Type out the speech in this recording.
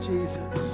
Jesus